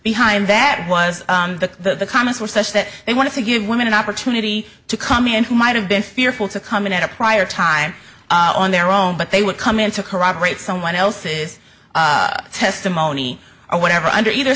behind that was the commas were such that they want to give women an opportunity to come in who might have been fearful to come in at a prior time on their own but they would come in to corroborate someone else's testimony or whatever under either